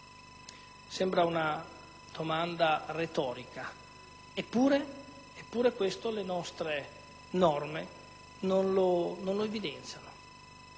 Sembra una domanda retorica, eppure le nostre norme non evidenziano